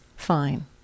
fine